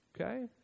Okay